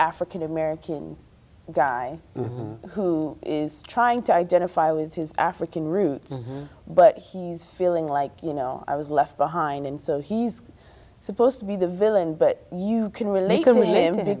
african american guy who is trying to identify with his african roots but he's feeling like you know i was left behind and so he's supposed to be the villain but you can relate